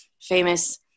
famous